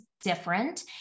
different